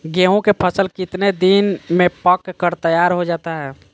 गेंहू के फसल कितने दिन में पक कर तैयार हो जाता है